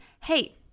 hey